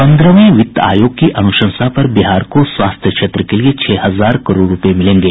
पंद्रहवें वित्त आयोग की अनुशंसा पर बिहार को स्वास्थ्य क्षेत्र के लिये छह हजार करोड़ रूपये मिलेंगे